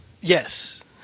Yes